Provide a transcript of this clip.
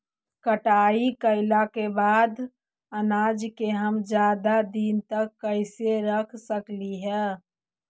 कटाई कैला के बाद अनाज के हम ज्यादा दिन तक कैसे रख सकली हे?